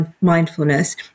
mindfulness